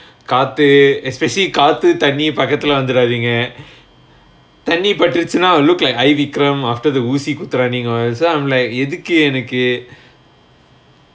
காத்து:kaathu especially காத்து தண்ணியும் பக்கதுல வந்திராதீங்க தண்ணி பட்டுடிச்சுணா:kaathu thanniyum pakathulae vanthiratheenga thanni pattudichunnaa look like I vikram after the ஊசி குத்துற நீங்க:oosi kuthura neenga all so I'm like எதுக்கு எனக்கு:ethukku enakku